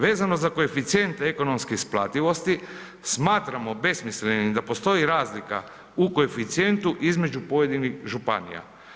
Vezano za koeficijente ekonomske isplativosti, smatramo besmislenim da postoji razlika u koeficijentu između pojedinih županija.